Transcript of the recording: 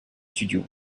studios